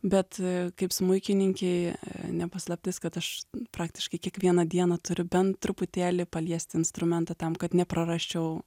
bet kaip smuikininkei ne paslaptis kad aš praktiškai kiekvieną dieną turiu bent truputėlį paliesti instrumentą tam kad neprarasčiau